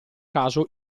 caso